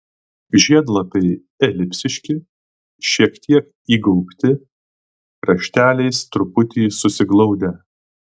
žiedlapiai elipsiški šiek tiek įgaubti krašteliais truputį susiglaudę